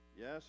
yes